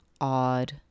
odd